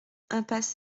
impasse